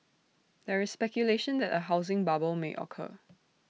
there is speculation that A housing bubble may occur